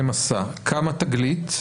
כמה 'תגלית'?